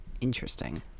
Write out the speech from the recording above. interesting